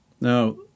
now